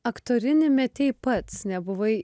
aktorinį metei pats nebuvai